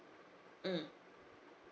mm